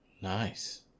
Nice